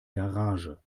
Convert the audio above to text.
garage